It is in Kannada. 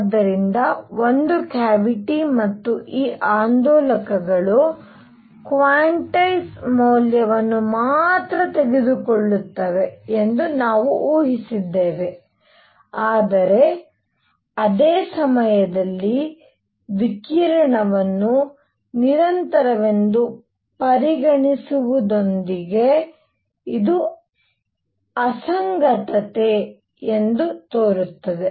ಆದ್ದರಿಂದ ಒಂದು ಕ್ಯಾವಿಟಿ ಮತ್ತು ಈ ಆಂದೋಲಕಗಳು ಕ್ವಾನ್ಟೈಸ್ ಮೌಲವನ್ನು ಮಾತ್ರ ತೆಗೆದುಕೊಳ್ಳುತ್ತವೆ ಎಂದು ನಾವು ಊಹಿಸಿದ್ದೇವೆ ಆದರೆ ಅದೇ ಸಮಯದಲ್ಲಿ ವಿಕಿರಣವನ್ನು ನಿರಂತರವೆಂದು ಪರಿಗಣಿಸುವುದರೊಂದಿಗೆ ಇದು ಅಸಂಗತತೆ ಎಂದು ತೋರುತ್ತದೆ